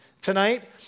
Tonight